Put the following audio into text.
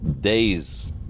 days